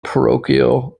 parochial